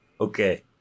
okay